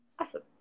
Awesome